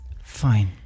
Fine